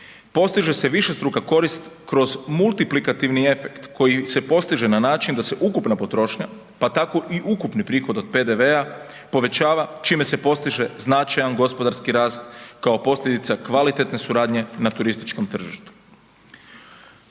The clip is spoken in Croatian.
postiže se višestruka korist kroz multiplikativni efekt koji se postiže na način da se ukupna potrošnja, pa tako i ukupni prihod od PDV-a povećava, čime se postiže značajan gospodarski rast kao posljedica kvalitetne suradnje na turističkom tržištu.